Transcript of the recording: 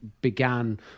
began